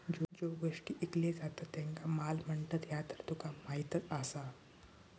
ज्यो गोष्टी ईकले जातत त्येंका माल म्हणतत, ह्या तर तुका माहीतच आसा